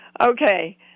okay